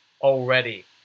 already